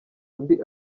undi